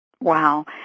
Wow